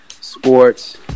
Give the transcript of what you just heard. sports